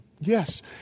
Yes